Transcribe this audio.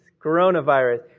coronavirus